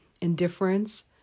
indifference